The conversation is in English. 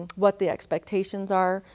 what the expectations are,